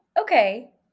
Okay